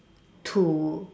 to